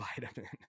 vitamin